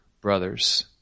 brothers